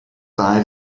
dda